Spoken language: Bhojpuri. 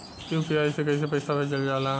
यू.पी.आई से कइसे पैसा भेजल जाला?